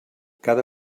cada